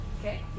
Okay